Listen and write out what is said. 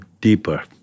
deeper